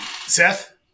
Seth